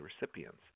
recipients